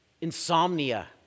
Insomnia